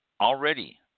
already